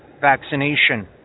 vaccination